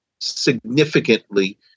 significantly